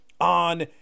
on